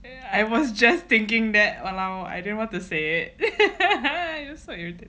I was just thinking that !walao! I didn't want to say it